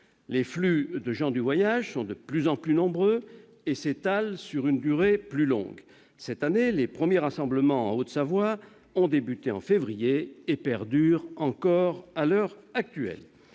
Les flux de gens du voyage sont de plus en plus nombreux et s'étalent sur une durée plus longue. Cette année, les premiers rassemblements en Haute-Savoie ont débuté au mois de février et perdurent encore à l'heure actuelle.